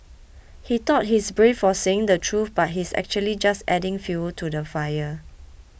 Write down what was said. he thought he's brave for saying the truth but he's actually just adding fuel to the fire